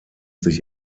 sich